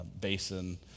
Basin